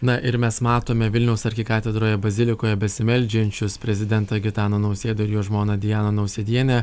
na ir mes matome vilniaus arkikatedroje bazilikoje besimeldžiančius prezidentą gitaną nausėdą ir jo žmoną dianą nausėdienę